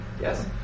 Yes